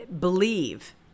believe